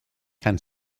can